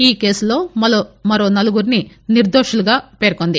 ఈ కేసులో మరో నలుగురిని నిర్గోషులుగా పేర్కొంది